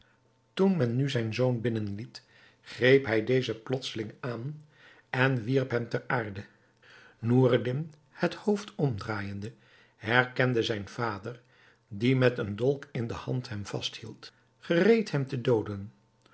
toen men nu zijn zoon binnenliet greep hij dezen plotseling aan en wierp hem ter aarde noureddin het hoofd omdraaijende herkende zijn vader die met een dolk in de hand hem vasthield gereed hem te dooden